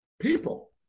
people